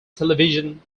television